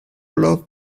love